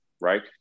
right